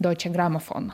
doičė gramofon